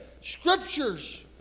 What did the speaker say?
scriptures